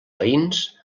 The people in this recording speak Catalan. veïns